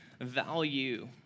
value